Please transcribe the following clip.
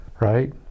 right